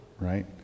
right